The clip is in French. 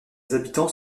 habitants